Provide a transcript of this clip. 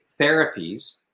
therapies